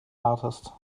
artist